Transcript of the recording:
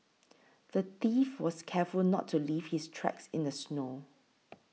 the thief was careful not to leave his tracks in the snow